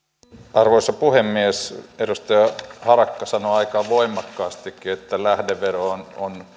arvoisa puhemies edustaja harakka sanoi aika voimakkaastikin että lähdevero on